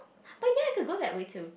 but yet to go that way to